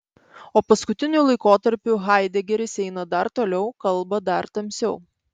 o paskutiniu laikotarpiu haidegeris eina dar toliau kalba dar tamsiau